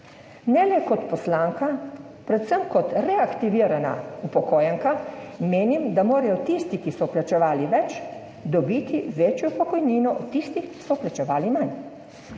Ne le kot poslanka, predvsem kot reaktivirana upokojenka menim, da morajo tisti, ki so plačevali več, dobiti večjo pokojnino od tistih, ki so plačevali manj.